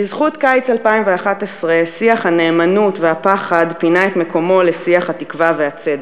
בזכות קיץ 2011 שיח הנאמנות והפחד פינה את מקומו לשיח התקווה והצדק.